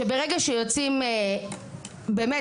שברגע שיוצאים באמת,